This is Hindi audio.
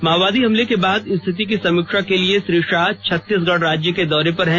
माओवादी हमले के बाद स्थिति की समीक्षा के लिए श्री शाह छत्तीसगढ़ राज्य के दौरे पर हैं